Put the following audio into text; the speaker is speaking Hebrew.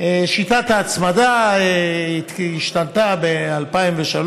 שיטת ההצמדה השתנתה ב-2003.